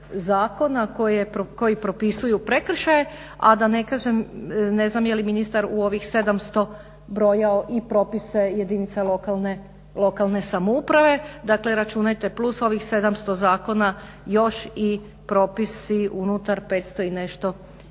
zakona koji propisuju prekršaje, a da ne kažem ne znam je li ministar u ovih 700 brojao i propise jedinica lokalne samouprave, dakle računajte plus ovih 700 zakona još i propisi unutar 500 i nešto